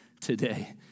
today